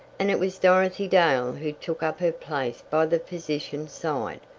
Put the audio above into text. and it was dorothy dale who took up her place by the physician's side,